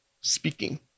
speaking